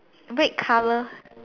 red colour